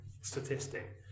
statistic